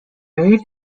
aid